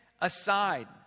aside